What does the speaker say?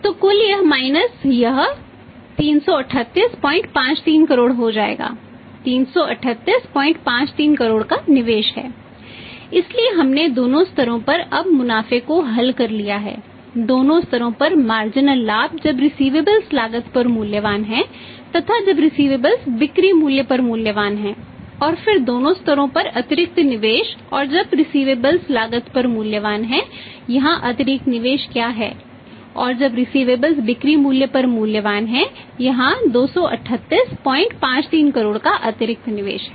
तो कुल यह माइनस बिक्री मूल्य पर मूल्यवान हैं यहां 23853 करोड़ का अतिरिक्त निवेश है